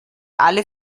alle